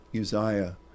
Uzziah